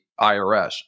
IRS